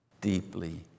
deeply